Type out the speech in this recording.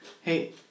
hey